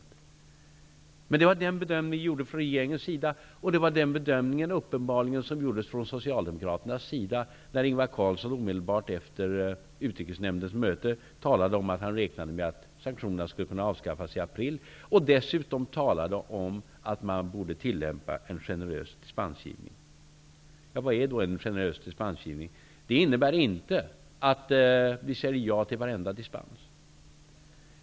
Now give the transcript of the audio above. Det här var emellertid den bedömning som vi gjorde från regeringens sida. Det var uppenbarligen också den bedömning som gjordes från socialdemokraternas sida. Omedelbart efter Utrikesnämndens möte talade Ingvar Carlsson om att han räknade med att sanktionerna skulle kunna avskaffas i april. Han talade dessutom om att man borde tillämpa en generös dispensgivning. Vad är en generös dispensgivning? Det innebär inte att vi säger ja till varenda dispensansökan.